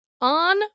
on